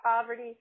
poverty